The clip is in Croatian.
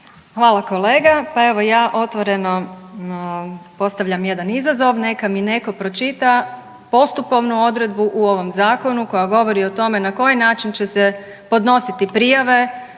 Hvala kolega, pa evo ja otvoreno postavljam jedan izazov neka mi netko pročita postupovnu odredbu u ovom zakonu koja govori o tome na koji način će se podnositi prijave